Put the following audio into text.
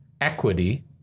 equity